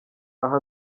aha